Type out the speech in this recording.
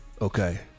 Okay